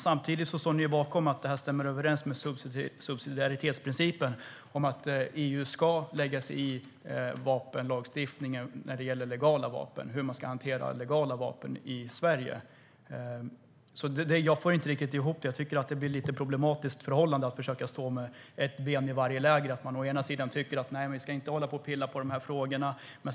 Samtidigt står ni bakom att det stämmer överens med subsidiaritetsprincipen att EU ska lägga sig i vapenlagstiftningen för hur man ska hantera legala vapen i Sverige. Jag får det inte riktigt att gå ihop. Det är ett lite problematiskt förhållande att försöka stå med ett ben i varje läger. Å ena sidan tycker man: Vi ska inte hålla på att pilla på de frågorna.